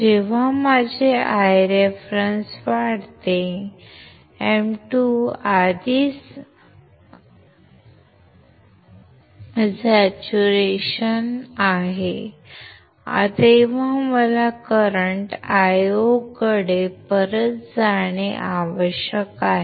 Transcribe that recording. जेव्हा माझे Ireference वाढते M2 आधीच संपृक्ततेत आहे तेव्हा मला करंट Io कडे परत जाणे आवश्यक आहे